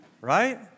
right